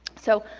so,